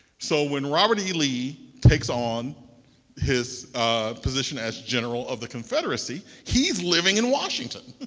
so when robert e. lee takes on his position as general of the confederacy, he is living in washington.